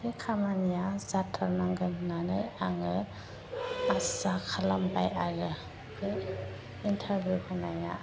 बे खामानिया जाथारनांगोन होननानै आङो आसा खालामबाय आरो बे इन्टारभिउ होनाया